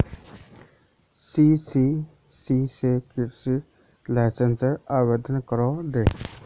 CSC स कृषि लाइसेंसेर आवेदन करे दे